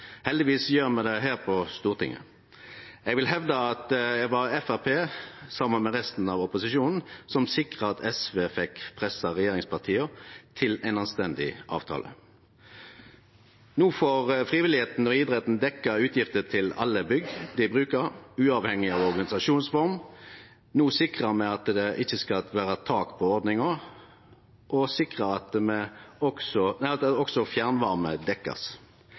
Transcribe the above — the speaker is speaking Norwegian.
Heldigvis gjer me det her på Stortinget. Eg vil hevde at det var Framstegspartiet, saman med resten av opposisjonen, som sikra at SV fekk pressa regjeringspartia til ein anstendig avtale. No får frivilligheita og idretten dekt utgifter til alle bygg dei brukar, uavhengig av organisasjonsform. No sikrar me at det ikkje skal vere eit tak på ordninga, og me sikrar at også fjernvarme blir dekt. Det er ein skuffelse at